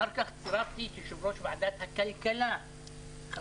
אחר כך צירפתי את יו"ר ועדת הכלכלה ח"כ